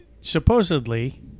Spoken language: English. supposedly –